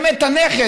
באמת הנכס,